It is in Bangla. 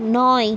নয়